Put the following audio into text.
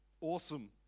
awesome